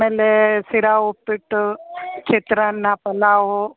ಆಮೇಲೆ ಶಿರಾ ಉಪ್ಪಿಟ್ಟು ಚಿತ್ರಾನ್ನ ಪಲಾವು